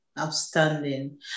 outstanding